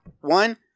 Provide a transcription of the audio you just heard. one